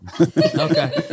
Okay